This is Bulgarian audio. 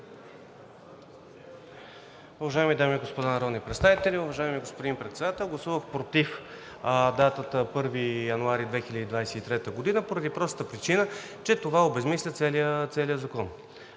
Уважаеми дами и господа народни представители, уважаеми господин Председател! Гласувах против дата 1 януари 2023 г. поради простата причина, че това обезсмисля целия Закон,